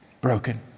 broken